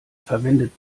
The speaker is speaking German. verwendet